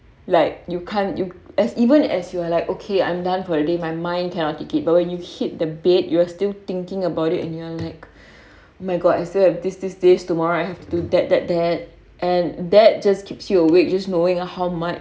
like you can't you as even as you are like okay I'm done for the day my mind cannot take it but when you hit the bed you are still thinking about it and you are like oh my god and I still have this this this tomorrow I have to do that that that and that just keeps you awake just knowing how much